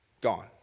gone